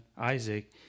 Isaac